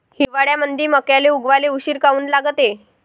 हिवाळ्यामंदी मक्याले उगवाले उशीर काऊन लागते?